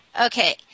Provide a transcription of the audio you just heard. Okay